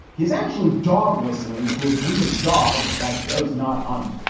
he's actually dog whistling to a breed of dog that does not hunt.